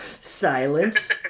Silence